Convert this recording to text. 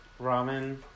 Ramen